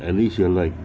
at least you are like